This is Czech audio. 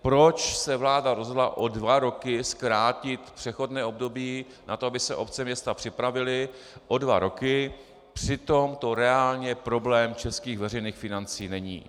Proč se vláda rozhodla o dva roky zkrátit přechodné období na to, aby se obce, města připravily o dva roky, přitom to reálný problém českých veřejných financí není?